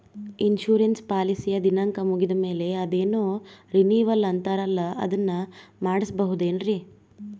Insurance ಪಾಲಿಸಿಯ ದಿನಾಂಕ ಮುಗಿದ ಮೇಲೆ ಅದೇನೋ ರಿನೀವಲ್ ಅಂತಾರಲ್ಲ ಅದನ್ನು ಮಾಡಿಸಬಹುದೇನ್ರಿ?